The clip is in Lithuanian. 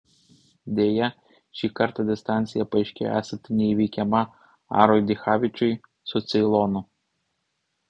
deja šį kartą distancija paaiškėjo esanti neįveikiama arui dichavičiui su ceilonu